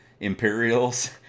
Imperials